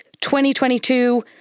2022